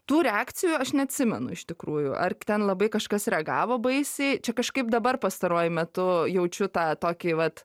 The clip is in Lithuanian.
tų reakcijų aš neatsimenu iš tikrųjų ar ten labai kažkas reagavo baisiai čia kažkaip dabar pastaruoju metu jaučiu tą tokį vat